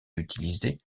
utilisées